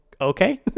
okay